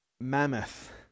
mammoth